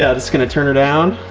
yeah, just gonna turn it down.